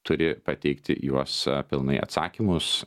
turi pateikti juos pilnai atsakymus